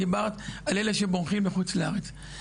דיברת על אלו שבורחים לחוץ לארץ.